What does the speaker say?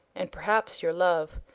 and perhaps your love,